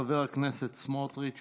חבר הכנסת סמוטריץ',